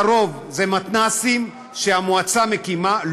לרוב אלה מתנ"סים שהמועצה מקימה,